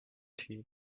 tea